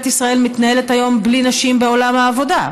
ישראל מתנהלת היום בלי נשים בעולם העבודה,